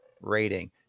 rating